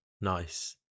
nice